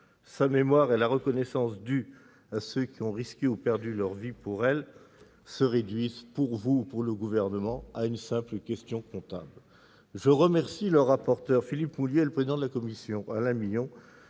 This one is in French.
sa mémoire et la reconnaissance due à ceux qui ont risqué ou perdu leur vie pour elle, se réduise pour le Gouvernement à une simple question comptable. Je remercie le rapporteur Philippe Mouiller et le président de la commission Alain Milon